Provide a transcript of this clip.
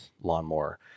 lawnmower